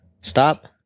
Stop